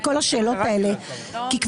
הסיבה שבגללה אני שואלת את כל השאלות האלה כי כבר